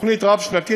בתוכנית רב-שנתית,